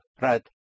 Right